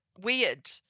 weird